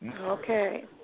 Okay